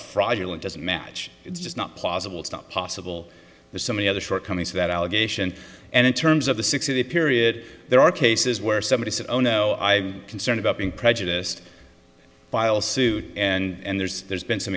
fraudulent doesn't match it's just not possible it's not possible there's so many other shortcomings of that allegation and in terms of the sixty day period there are cases where somebody says oh no i concerned about being prejudiced file suit and there's there's been some